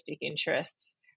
interests